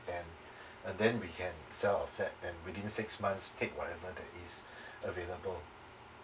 then and then we can sell our flat and within six months take whatever that is available